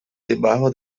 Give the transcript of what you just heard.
debajo